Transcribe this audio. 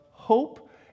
Hope